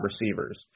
receivers